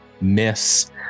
miss